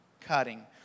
cutting